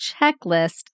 checklist